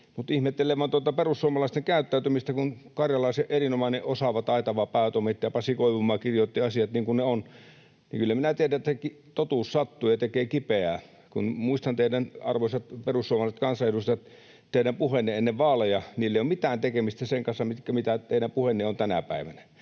Mutta ihmettelen vaan tuota perussuomalaisten käyttäytymistä, kun Karjalaisen erinomainen, osaava, taitava päätoimittaja Pasi Koivumaa kirjoitti asiat niin kuin ne ovat. Kyllä minä tiedän, että totuus sattuu ja tekee kipeää. Kun muistan teidän puheenne, arvoisat perussuomalaiset kansanedustajat, ennen vaaleja, niillä ei ole mitään tekemistä sen kanssa, mitkä teidän puheenne ovat tänä päivänä.